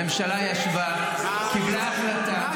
הממשלה ישבה, קיבלה החלטה.